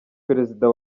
perezida